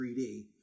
3D